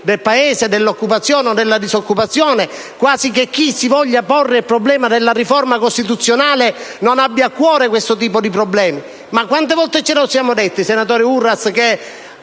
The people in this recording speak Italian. del Paese, dell'occupazione o della disoccupazione, quasi che chi si voglia porre il problema della riforma costituzionale non abbia a cuore questo tipo di questioni. Ma quante volte ce lo siamo detto, senatore Uras, che